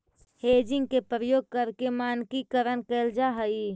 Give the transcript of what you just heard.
hedging के प्रयोग करके मानकीकरण कैल जा हई